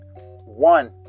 One